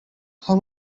how